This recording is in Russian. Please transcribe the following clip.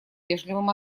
вежливым